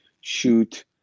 shoot